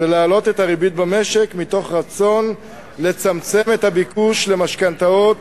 ולהעלות את הריבית במשק מתוך רצון לצמצם את הביקוש למשכנתאות